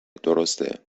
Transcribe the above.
درسته